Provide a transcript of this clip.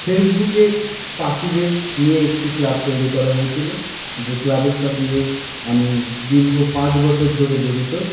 ফেসবুকে পাখিদের নিয়ে একটি ক্লাব তৈরি করা হয়েছিল যে ক্লাবের সঙ্গে আমি দীর্ঘ পাঁচ বছর ধরে জড়িত